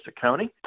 County